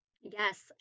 Yes